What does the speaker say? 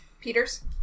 Peters